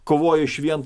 kovojo išvien